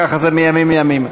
ככה זה מימים ימימה.